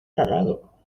cagado